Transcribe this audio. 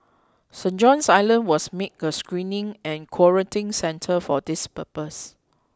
Saint John's Island was made a screening and quarantine centre for this purpose